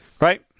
Right